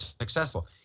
successful